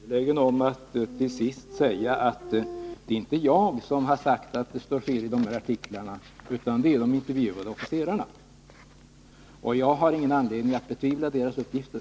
Fru talman! Jag är angelägen om att till sist säga att det inte är jag som har sagt att det som står i artiklarna är felaktigt, utan det är de intervjuade officerarna. Jag har ingen anledning att betvivla deras uppgifter.